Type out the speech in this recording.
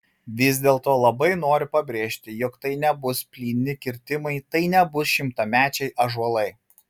vis dėlto labai noriu pabrėžti jog tai nebus plyni kirtimai tai nebus šimtamečiai ąžuolai